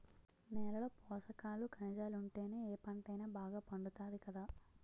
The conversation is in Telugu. నేలలో పోసకాలు, కనిజాలుంటేనే ఏ పంటైనా బాగా పండుతాది కదా